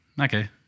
okay